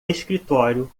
escritório